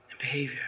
behavior